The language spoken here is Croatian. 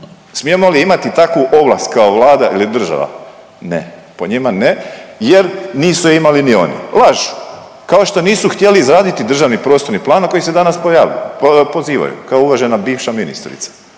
Smijemo li imati takvu ovlast kao Vlada ili država? Ne, po njima ne jer nisu je imali ni oni. Lažu, kao što nisu htjeli izraditi državni prostorni plan na koji se danas pozivaju, kao uvažena bivša ministrica